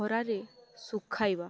ଖରାରେ ଶୁଖାଇବା